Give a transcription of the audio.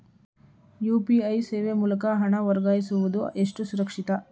UPI ಸೇವೆ ಮೂಲಕ ಹಣ ವರ್ಗಾಯಿಸುವುದು ಎಷ್ಟು ಸುರಕ್ಷಿತ?